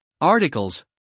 articles